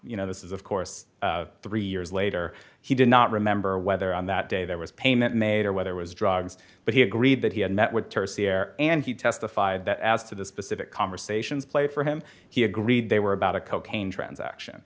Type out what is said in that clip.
you know this is of course three years later he did not remember whether on that day there was a payment made or whether it was drugs but he agreed that he had met with the air and he testified that as to the specific conversations play for him he agreed they were about a cocaine transaction